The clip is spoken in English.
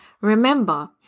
Remember